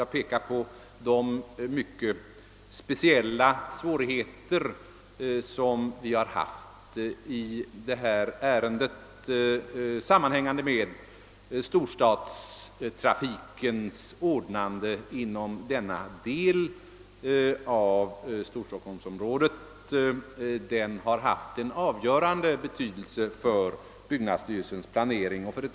Jag vill peka på de mycket speciella svårigheter som i detta ärende har uppstått i samband med storstadstrafikens ordnande inom denna del av Storstockholm. Trafikfrågan har varit av avgörande betydelse för byggnadsstyrelsens planering.